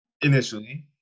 initially